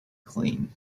clean